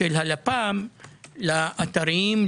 של הלפ"ם לאתרים,